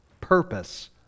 purpose